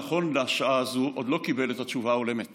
נכון לשעה הזו עוד לא קיבל את התשובה ההולמת